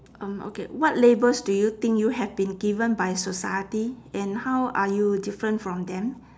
um okay what labels do you think you have been given by society and how are you different from them